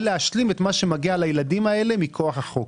להשלים את מה שמגיע לילדים האלה מכוח החוק.